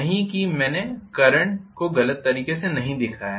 नहीं है कि मैंने करंट दिशा को गलत तरीके से दिखाया है